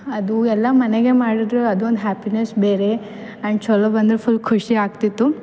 ಅದು ಎಲ್ಲ ಮನೆಗೆ ಮಾಡ್ರ ಅದೊಂದು ಹ್ಯಾಪಿನೆಸ್ ಬೇರೆ ಆ್ಯಂಡ್ ಚಲೋ ಬಂದ್ರ ಫುಲ್ ಖುಷಿಯಾಗ್ತಿತ್ತು